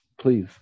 please